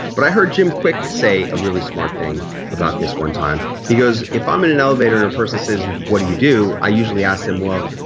but i heard jim kwik say a really smart thing about this one time. he goes, if i'm an an elevator and person says what do you do. i usually ask them, well,